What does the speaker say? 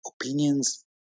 opinions